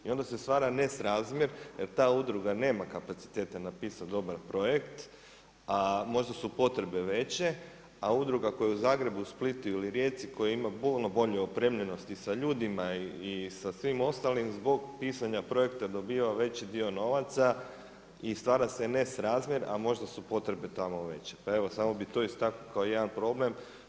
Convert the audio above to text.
I onda se stvara nesrazmjer jer ta udruga nema kapacitete napisati dobar projekt a možda su potrebe veće, a udruga koja je u Zagrebu, Splitu ili Rijeci, koja ima puno bolju opremljenost i sa ljudima i sa svim ostalim zbog pisanja projekta dobiva veći dio novaca i stvara se nesrazmjer a možda su potrebe tamo veće, pa evo samo bi to istaknuo kao jedna problem.